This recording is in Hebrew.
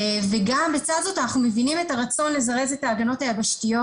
וגם לצד זאת אנחנו מבינים את הרצון לזרז את ההגנות היבשתיות.